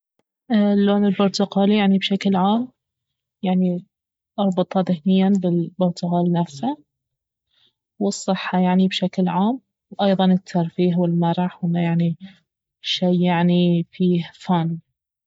اللون البرتقالي يعني بشكل عام يعني اربطه ذهنياً بالبرتقال نفسه والصحة يعني بشكل عام وايضا الترفيه والمرح وإنه يعني شي يعني فيه فن